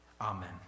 Amen